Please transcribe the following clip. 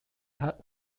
had